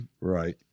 Right